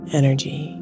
energy